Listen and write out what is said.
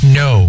no